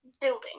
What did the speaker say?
building